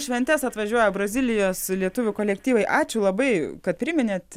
šventes atvažiuoja brazilijos lietuvių kolektyvai ačiū labai kad priminėt